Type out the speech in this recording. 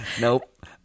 Nope